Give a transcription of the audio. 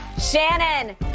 Shannon